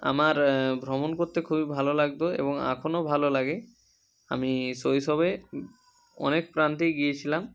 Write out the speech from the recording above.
আমার ভ্রমণ করতে খুবই ভালো লাগতো এবং এখনো ভালো লাগে আমি শৈশবে অনেক প্রান্তেই গিয়েছিলাম